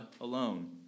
alone